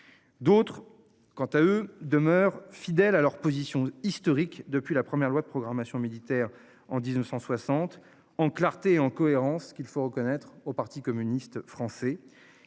D'autres, quant à eux demeurent fidèles à leur position historique depuis la première loi de programmation militaire en 1960 en clarté en cohérence qu'il faut reconnaître au Parti communiste français